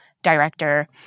director